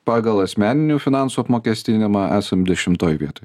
pagal asmeninių finansų apmokestinimą esam dešimtoj vietoj